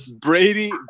Brady